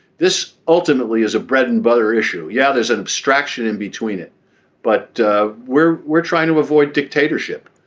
this ultimately is a bread and butter issue. yeah there's an abstraction in between it but we're we're trying to avoid dictatorship.